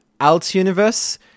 alt-universe